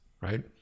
right